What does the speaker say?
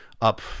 up